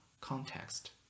context